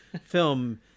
film